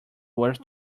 worth